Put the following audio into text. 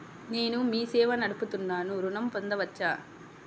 నేను మీ సేవా నడుపుతున్నాను ఋణం పొందవచ్చా?